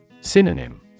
Synonym